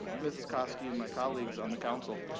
mrs kosky and my colleagues on the council.